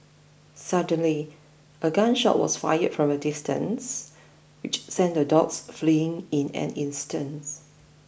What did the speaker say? suddenly a gun shot was fired from a distance which sent the dogs fleeing in an instant